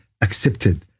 accepted